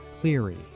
Cleary